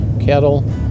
cattle